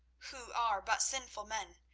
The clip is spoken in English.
who are but sinful men,